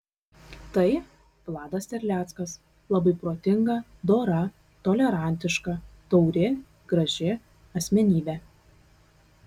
tai vladas terleckas labai protinga dora tolerantiška tauri graži asmenybė